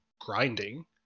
grinding